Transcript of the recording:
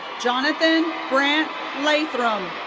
jonathan brant lathrom.